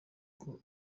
uko